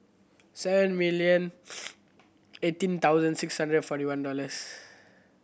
seven million eighteen thousand six hundred forty one dollars